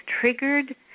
triggered